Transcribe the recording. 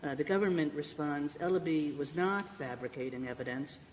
ah the government responds eleby was not fabricating evidence,